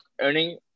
earning